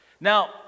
Now